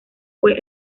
fue